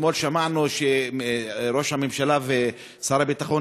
אתמול שמענו שראש הממשלה ושר הביטחון